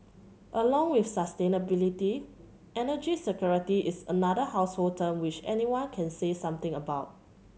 along with sustainability energy security is another household term which anyone can say something about